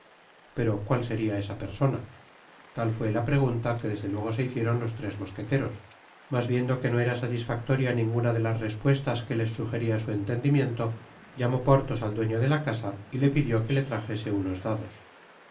pero cuál seria esa persona tai fué la pregunta que desde luego se hicieron los tres mosqueteros mas viendo que no era satisfactoria ninguna de las respuestas que les sujeria su entendimiento llamó porthos al dueño de la easa y le pidió que le trajese unos dados